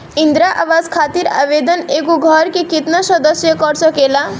इंदिरा आवास खातिर आवेदन एगो घर के केतना सदस्य कर सकेला?